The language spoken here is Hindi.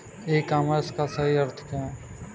ई कॉमर्स का सही अर्थ क्या है?